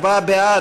הצבעה בעד,